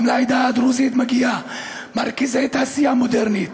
גם לעדה הדרוזית מגיעים מרכזי תעשייה מודרנית,